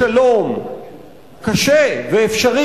בית"ר": "למות או לכבוש את ההר".